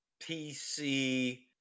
PC